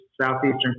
southeastern